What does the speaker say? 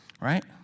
Right